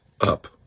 up